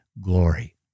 glory